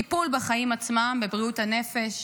טיפול בחיים עצמם, בבריאות הנפש,